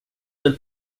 and